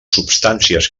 substàncies